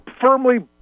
firmly